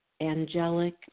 angelic